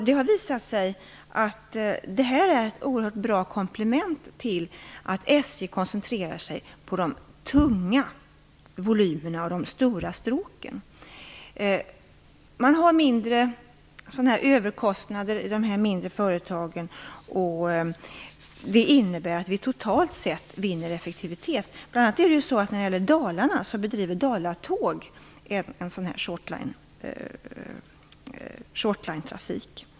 Det har visat sig vara ett oerhört bra komplement till SJ, som koncentrerar sig på de tunga volymerna och de stora stråken. Man har mindre överkostnader i de mindre företagen. Det innebär att vi totalt sett vinner i effektivitet. Dalatåg bedriver t.ex. short line-trafik.